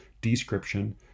description